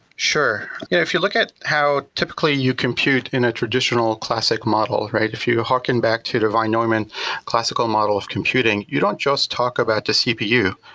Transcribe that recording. sure. yeah, if you look at how typically you compute in a traditional classic model, right? if you harken back to divine norm and classical model of computing, you don't just talk about the cpu,